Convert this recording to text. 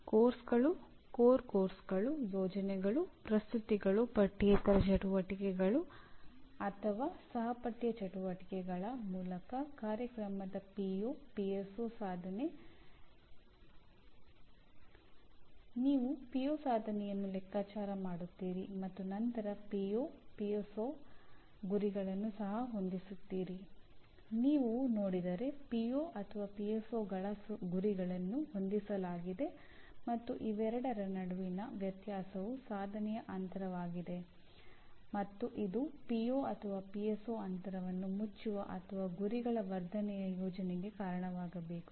ಪಠ್ಯಕ್ರಮಗಳು ಮೂಲ ಪಠ್ಯಕ್ರಮಗಳು ಯೋಜನೆಗಳು ಪ್ರಸ್ತುತಿಗಳು ಪಠ್ಯೇತರ ಚಟುವಟಿಕೆಗಳು ಅಥವಾ ಸಹಪಠ್ಯ ಚಟುವಟಿಕೆಗಳ ಮೂಲಕ ಕಾರ್ಯಕ್ರಮದ ಪಿಒ ಅಂತರವನ್ನು ಮುಚ್ಚುವ ಅಥವಾ ಗುರಿಗಳ ವರ್ಧನೆಯ ಯೋಜನೆಗೆ ಕಾರಣವಾಗಬೇಕು